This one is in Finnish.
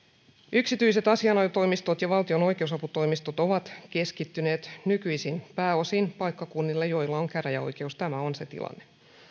yksityiset asianajotoimistot ja valtion oikeusaputoimistot ovat keskittyneet nykyisin pääosin paikkakunnille joilla on käräjäoikeus tämä on se tilanne